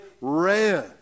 Ran